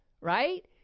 Right